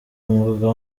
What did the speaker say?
mvuga